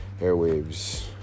airwaves